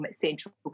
Central